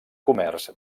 comerç